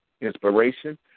inspiration